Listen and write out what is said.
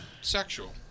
sexual